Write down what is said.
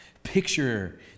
Picture